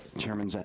chairman,